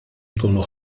nkunu